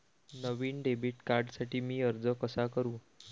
नवीन debit कार्डसाठी मी अर्ज कसा करू?